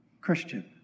Christian